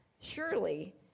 Surely